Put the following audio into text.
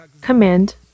command